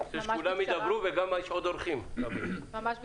ממש בקצרה,